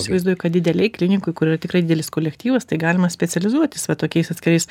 įsivaizduoju kad didelėj klinikoj kur yra tikrai didelis kolektyvas tai galima specializuotis va tokiais atskirais